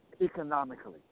economically